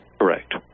Correct